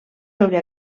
sobre